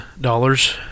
dollars